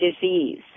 disease